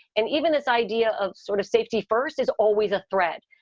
and even this idea of sort of safety first is always a threat.